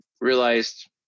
realized